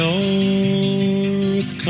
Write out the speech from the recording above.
North